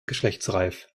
geschlechtsreif